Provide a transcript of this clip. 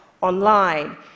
online